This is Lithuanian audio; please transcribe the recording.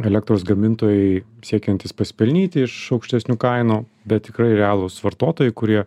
elektros gamintojai siekiantys pasipelnyti iš aukštesnių kainų bet tikrai realūs vartotojai kurie